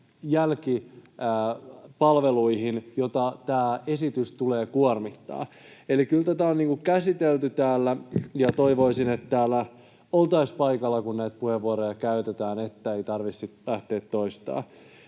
jälkipalveluihin, joita tämä esitys tulee kuormittamaan. Eli kyllä tätä on käsitelty täällä, ja toivoisin, että täällä oltaisiin paikalla, kun näitä puheenvuoroja käytetään, että ei tarvitse sitten lähteä toistamaan.